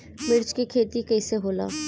मिर्च के खेती कईसे होला?